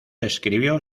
escribió